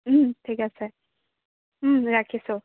ঠিক আছে ৰাখিছোঁ